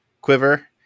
quiver